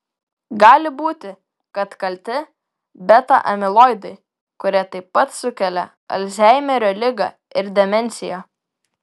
gali būti kad kalti beta amiloidai kurie taip pat sukelia alzheimerio ligą ir demenciją